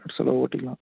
செலவை ஓட்டிக்கலாம்